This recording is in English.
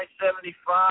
I-75